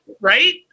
Right